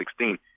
2016